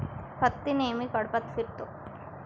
हत्ती नेहमी कळपात फिरतो